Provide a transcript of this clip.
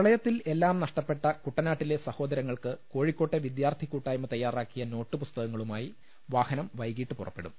പ്രളയത്തിൽ എല്ലാം നഷ്ടപ്പെട്ട കുട്ടനാട്ടിലെ സഹോദര ങ്ങൾക്കായി കോഴിക്കോട്ടെ വിദ്യാർത്ഥി കൂട്ടായ്മ തയ്യാറാക്കിയ നോട്ടുപുസ്തകങ്ങളുമായി വാഹനം വൈകിട്ട് പുറപ്പെടും